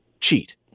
cheat